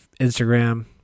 Instagram